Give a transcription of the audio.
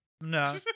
No